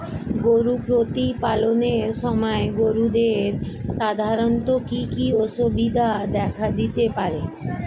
গরু প্রতিপালনের সময় গরুদের সাধারণত কি কি অসুবিধা দেখা দিতে পারে?